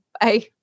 Bye